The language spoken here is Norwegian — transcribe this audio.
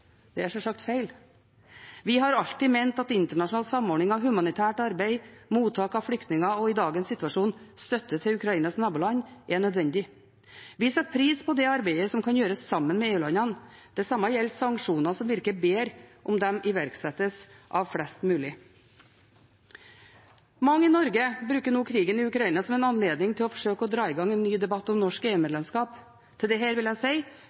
Det er sjølsagt feil. Vi har alltid ment at internasjonal samordning av humanitært arbeid, mottak av flyktninger og – i dagens situasjon – støtte til Ukrainas naboland er nødvendig. Vi setter pris på det arbeidet som kan gjøres sammen med EU-landene. Det samme gjelder sanksjoner, som virker bedre om de iverksettes av flest mulig. Mange i Norge bruker nå krigen i Ukraina som en anledning til å forsøke å dra i gang en ny debatt om norsk EU-medlemskap. Til dette vil jeg si